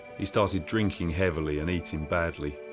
he started drinking heavily and eating badly.